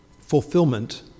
fulfillment